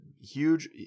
huge